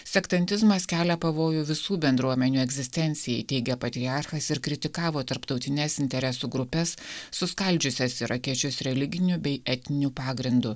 sektantizmas kelia pavojų visų bendruomenių egzistencijai teigė patriarchas ir kritikavo tarptautines interesų grupes suskaldžiusias irakiečius religiniu bei etniniu pagrindu